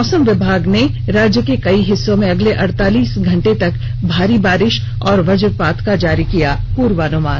मौसम विभाग ने राज्य के कई हिस्सों में अगले अड़तालीस घंटे तक भारी बारिश और वजपात का जारी किया पुर्वानुमान